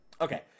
okay